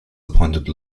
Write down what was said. appointed